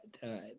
time